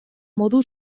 modu